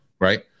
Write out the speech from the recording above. right